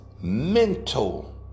mental